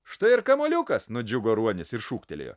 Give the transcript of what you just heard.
štai ir kamuoliukas nudžiugo ruonis ir šūktelėjo